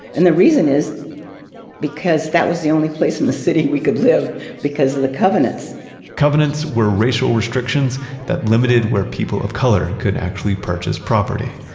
and the reason is because that was the only place in the city we could live because of the covenants covenants were racial restrictions that limited where people of color could actually purchase property.